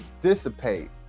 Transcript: dissipate